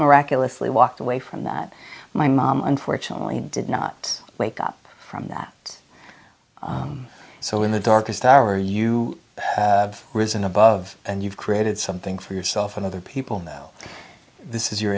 miraculously walked away from that my mom unfortunately did not wake up from that so in the darkest hour you risen above and you've created something for yourself and other people this is your